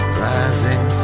rising